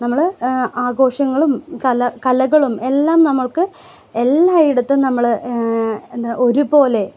നമ്മൾ ആഘോഷങ്ങളും കല കലകളും എല്ലാം നമ്മൾക്ക് എല്ലാ ഇടത്തും നമ്മൾ ഒരു പോലെ